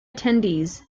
attendees